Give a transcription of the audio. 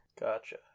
Gotcha